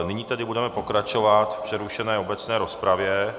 Nyní tedy budeme pokračovat v přerušené obecné rozpravě.